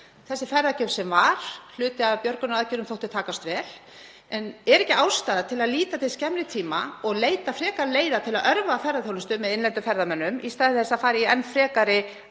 Þessi ferðagjöf, sem var hluti af björgunaraðgerðum, þótti takast vel en er ekki ástæða til að líta til skemmri tíma og leita frekari leiða til að örva ferðaþjónustu með innlendum ferðamönnum í stað þess að fara í enn frekari